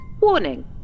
Warning